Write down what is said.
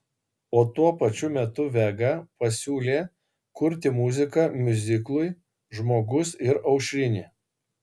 o tuo pačiu metu vega pasiūlė kurti muziką miuziklui žmogus ir aušrinė